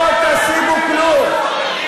נישואין.